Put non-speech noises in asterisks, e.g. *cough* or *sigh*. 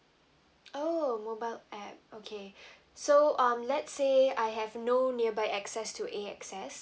oh mobile app okay *breath* so um let's say I have no nearby access to A_X_S